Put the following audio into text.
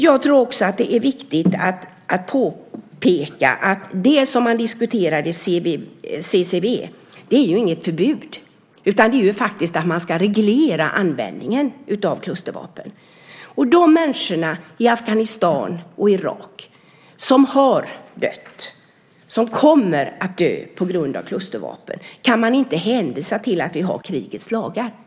Jag tror också att det är viktigt att påpeka att det man diskuterar i CCV inte är något förbud utan en reglering av användningen av klustervapen. De människor i Afghanistan och Irak som har dött och som kommer att dö på grund av klustervapen kan man inte heller hänvisa till att vi har krigets lagar.